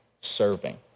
serving